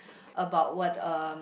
about what um